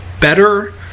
better